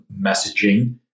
messaging